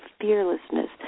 fearlessness